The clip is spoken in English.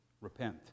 Repent